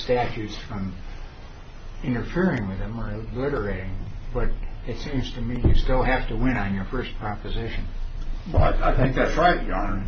statute from interfering with them or littering but it seems to me you still have to win on your first proposition but i think that's right yarn